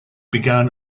began